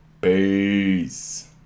Peace